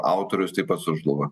autorius taip pat sužlugo